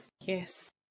Yes